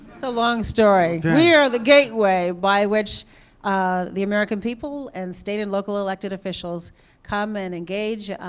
it's a long story. we are the gateway by which ah the american people and state and local elected officials come and engage,